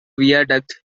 viaduct